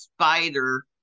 spider